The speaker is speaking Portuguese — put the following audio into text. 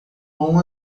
bom